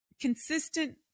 consistent